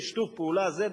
ושיתוף פעולה זה,